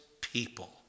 people